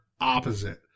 opposite